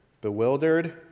bewildered